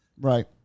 right